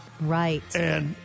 Right